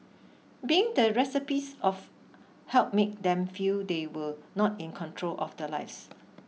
being the recipients of help made them feel they were not in control of their lives